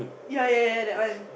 ya ya ya that one